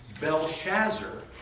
Belshazzar